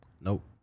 Nope